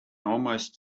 almost